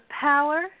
power